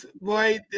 boy